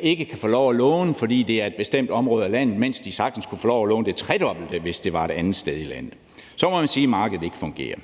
ikke kan få lov at låne, fordi det er et bestemt område af landet, mens de sagtens kunne få lov til at låne det tredobbelte, hvis det var et andet sted i landet, så må man sige, at markedet ikke fungerer.